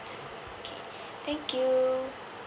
okay thank you